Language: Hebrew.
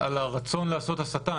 הרצון לעשות הסתה,